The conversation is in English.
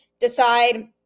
decide